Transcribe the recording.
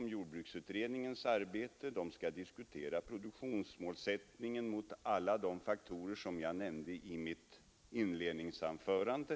Jordbruksutredningen skall diskutera produktionsmålsättningen i förhållande till alla de faktorer som jag nämnde i mitt inledningsanförande.